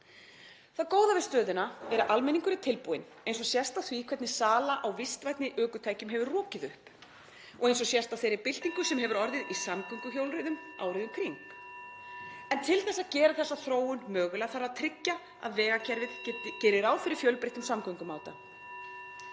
Það góða við stöðuna er að almenningur er tilbúinn eins og sést á því hvernig sala á vistvænni ökutækjum hefur rokið upp og sést á þeirri byltingu sem hefur orðið í samgönguhjólreiðum árið um kring. (Forseti hringir.) En til að gera þessa þróun mögulega þarf að tryggja að vegakerfið geri ráð fyrir fjölbreyttum samgöngumátum.